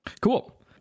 Cool